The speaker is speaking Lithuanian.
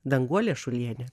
danguolė šulienė